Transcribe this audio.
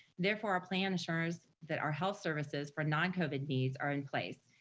therefore our plan ensures that our health services for non covid needs are in place,